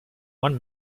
one